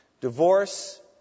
Divorce